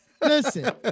Listen